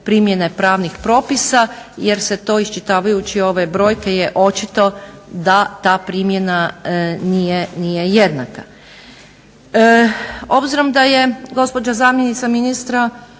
primjene pravnih propisa jer se to iščitavajući ove brojke je očito da ta primjena nije jednaka. Obzirom da je gospođa zamjenica ministra